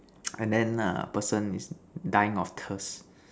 and then err person is dying of thirst